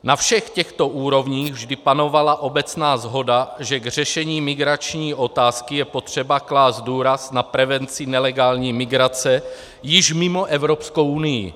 Na všech těchto úrovních vždy panovala obecná shoda, že k řešení migrační otázky je potřeba klást důraz na prevenci nelegální migrace již mimo Evropskou unii.